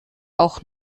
auch